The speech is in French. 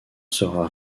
sera